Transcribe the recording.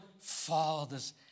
father's